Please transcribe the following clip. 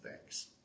Thanks